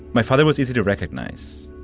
my father was easy to recognize,